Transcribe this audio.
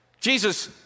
Jesus